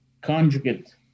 conjugate